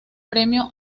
premio